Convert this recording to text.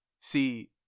See